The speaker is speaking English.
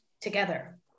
together